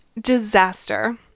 disaster